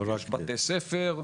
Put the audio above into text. יש בתי ספר,